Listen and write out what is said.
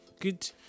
Good